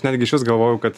netgi išvis galvojau kad